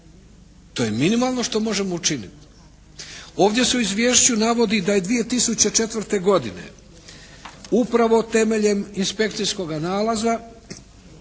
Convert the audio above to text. To je minimalno što možemo učiniti. Ovdje se izvješćuju navodi da je 2004. godine upravo temeljem inspekcijskoga nalaza